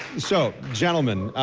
so, gentlemen,